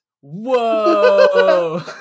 whoa